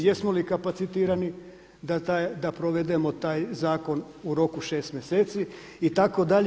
Jesmo li kapacitirani da provedemo taj zakon u roku 6 mjeseci itd.